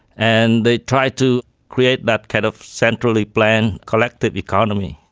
and they tried to create that kind of centrally planned collective economy.